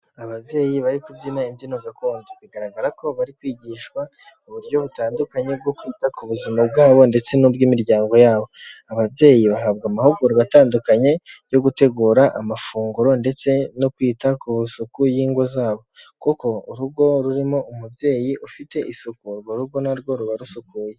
Ababyeyi bari kubyina imbyino gakondo. Bigaragara ko bari kwigishwa uburyo butandukanye bwo kwita ku buzima bwabo ndetse n'ubw'imiryango yabo. Ababyeyi bahabwa amahugurwa atandukanye yo gutegura amafunguro ndetse no kwita ku suku y'ingo zabo. Kuko urugo rurimo umubyeyi ufite isuku, urwo rugo na rwo ruba rusukuye.